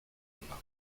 ona